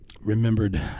remembered